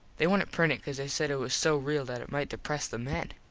they wouldnt print it cause they said it was so real that it might depres the men.